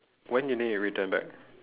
when you need to return back